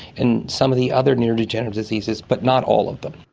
and some of the other neurodegenerative diseases, but not all of them.